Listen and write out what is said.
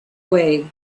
way